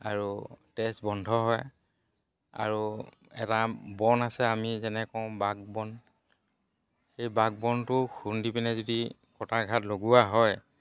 আৰু তেজ বন্ধ হয় আৰু এটা বন আছে আমি যেনে কও বাক বন সেই বাক বনটো খুন্দি পিনে যদি কটা ঘাত লগোৱা হয়